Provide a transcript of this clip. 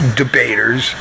debaters